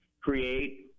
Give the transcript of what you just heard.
create